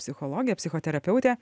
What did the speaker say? psichologę psichoterapeutę